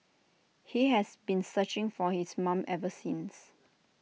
he has been searching for his mom ever since